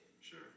Sure